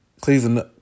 Cleveland